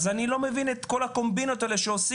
אז אני לא מבין את כל הקומבינות האלה שעושים,